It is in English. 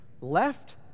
left